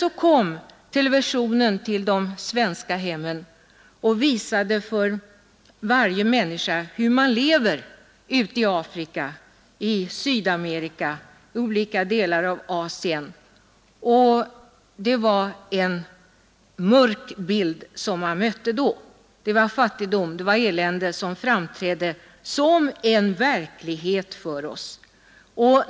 Så kom televisionen till de svenska hemmen och visade hur människor lever i Afrika och Sydamerika och i olika delar av Asien. Det var en mörk bild som mötte oss. Fattigdom och elände framträdde som en verklighet för oss.